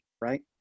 right